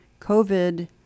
COVID